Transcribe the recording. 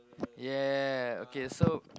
ya okay so